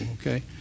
okay